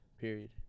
period